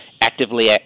actively